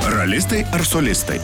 ralistai ar solistai